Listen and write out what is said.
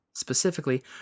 specifically